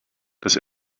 dass